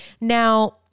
Now